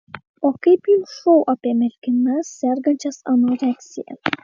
o kaip jums šou apie merginas sergančias anoreksija